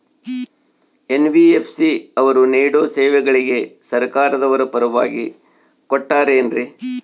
NBFC ಅವರು ನೇಡೋ ಸೇವೆಗಳಿಗೆ ಸರ್ಕಾರದವರು ಪರವಾನಗಿ ಕೊಟ್ಟಾರೇನ್ರಿ?